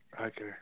Okay